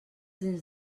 dins